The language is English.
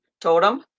totem